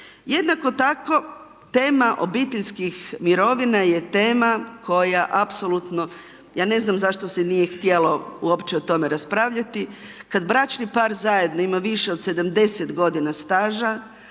Jednako tako tema obiteljski mirovina je tema koja apsolutno ja ne znam, zašto se nije htjelo uopće o tome raspravljati. Kada bračni par zajedno ima više od 70 g. staža,